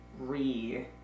re